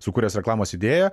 sukūręs reklamos idėją